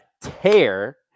tear